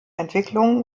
entwicklungen